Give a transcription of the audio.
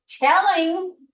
telling